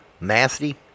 Nasty